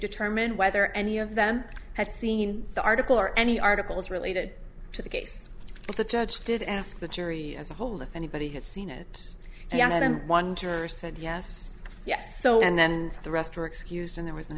determine whether any of them had seen the article or any articles related to the case if the judge did ask the jury as a whole if anybody had seen it yet and one jurors said yes yes so and then the rest were excused and there was an